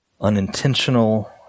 unintentional